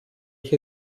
ich